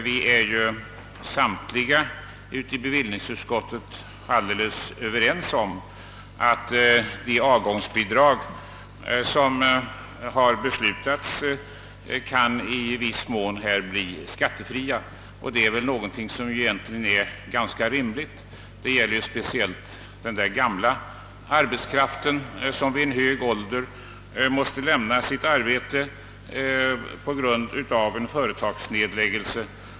Vi är samtliga i bevillningsutskottet alldeles överens om att de avgångsbidrag som nu utgår i viss mån kan bli skattefria, och det är ganska rimligt. Det gäller speciellt den gamla arbetskraften, som vid hög ålder måste lämna sitt arbete på grund av en företagsnedläggning.